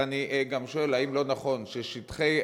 ואני גם שואל: האם לא נכון ששטחי,